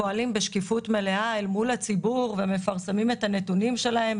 פועלים בשקיפות מלאה אל מול הציבור ומפרסמים את הנתונים שלהם